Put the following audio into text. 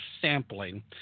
sampling